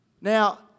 Now